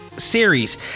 series